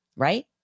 right